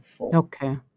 Okay